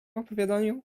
opowiadaniu